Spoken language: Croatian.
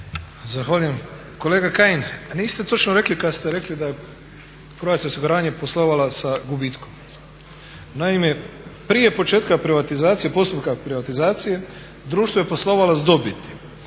Zahvaljujem. Kolega Kajin, niste točno rekli kad ste rekli da je Croatia osiguranje poslovala sa gubitkom. Naime, prije početka privatizacije, postupka privatizacije društvo je poslovalo s dobiti,